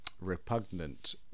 repugnant